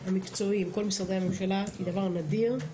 המקצועי עם כל משרדי הממשלה הוא דבר נדיר.